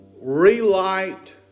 relight